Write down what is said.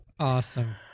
Awesome